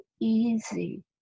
easy